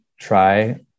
try